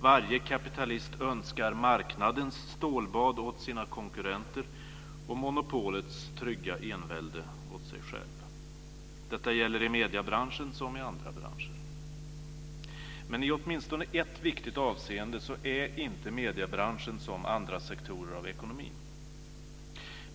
Varje kapitalist önskar marknadens stålbad åt sina konkurrenter och monopolets trygga envälde åt sig själv. Detta gäller i mediebranschen som i andra branscher. Men i åtminstone ett viktigt avseende är inte mediebranschen som andra sektorer av ekonomin.